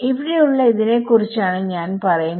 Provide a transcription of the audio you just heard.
ഇവിടെ ഉള്ള ഇതിനെ കുറിച്ചാണ് ഞാൻ പറയുന്നത്